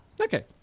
Okay